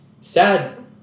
sad